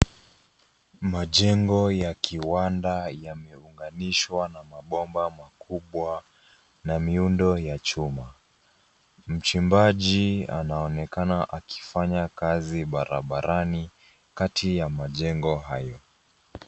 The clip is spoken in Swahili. Majengo ya kiwanda yameunganishwa na mabomba makubwa na miundo ya chuma. Mchimbaji anaonekana akifanya kazi barabarani kati ya majengo hayo.